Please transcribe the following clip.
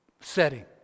setting